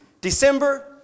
December